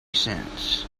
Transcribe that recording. sense